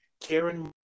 Karen